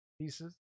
pieces